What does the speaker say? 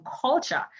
culture